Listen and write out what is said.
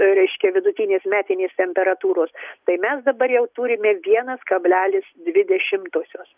reiškia vidutinės metinės temperatūros tai mes dabar jau turime vienas kablelis dvi dešimtosios